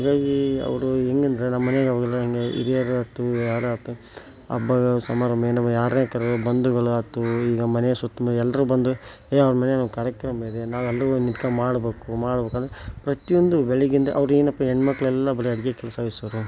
ಹೀಗಾಗೀ ಅವರು ಹೇಗಂದ್ರೆ ನಮ್ಮಮನೆಲ್ ಅವರೆಲ್ಲ ಹಿರಿಯರಾಯ್ತು ಯಾರಾಯ್ತು ಹಬ್ಬ ಸಮಾರಂಭ ಏನವೇ ಯಾರನ್ನೇ ಕರೆಯುವ ಬಂಧುಗಳಾತು ಈಗ ಮನೆ ಸುತ್ತ ಮುತ್ತ ಎಲ್ಲರೂ ಬಂದು ಏ ಅವ್ರ ಮನೆಯಾಗ್ ಒಂದು ಕಾರ್ಯಕ್ರಮ ಇದೆ ನಾವೆಲ್ಲರೂ ಹೋಗ್ ನಿತ್ಕೊಂಡ್ ಮಾಡ್ಬೇಕು ಮಾಡ್ಬೇಕು ಅಂದರೆ ಪ್ರತಿಯೊಂದು ಬೆಳಗ್ಗಿಂದ ಅವರೇನಪ್ಪ ಹೆಣ್ಣುಮಕ್ಕೆಲ್ಲಾ ಬರೀ ಅಡುಗೆ ಕೆಲಸ ವಹಿಸೋರು